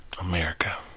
America